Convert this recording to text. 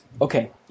Okay